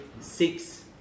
Six